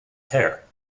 hair